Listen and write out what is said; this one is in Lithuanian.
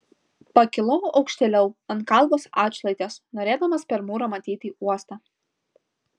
pakilau aukštėliau ant kalvos atšlaitės norėdamas per mūrą matyti uostą